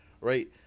right